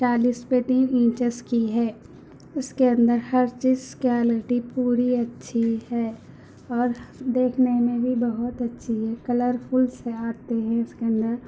چالیس پینتیس انچیس کی ہے اس کے اندر ہر چیز کوالٹی پوری اچّھی ہے اور دیکھنے میں بھی بہت اچھی ہے کلر فل سے آتے ہیں اس کے اندر